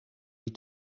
die